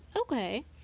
okay